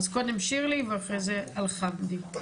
אז קודם שירלי ואחרי זה אלחמדי.